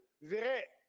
vrai